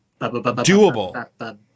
doable